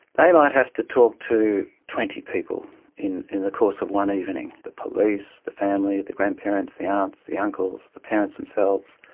they might have to talk to twenty people in in the course of one evening the police, the family, the grandparents, the aunts, the uncles, the parents themselves,